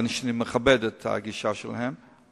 ואני מכבד את הגישה שלהם,